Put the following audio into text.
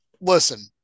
listen